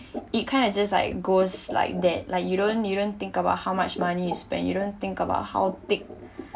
it kind of just like goes like that like you don't you don't think about how much money is when you don't think about how thick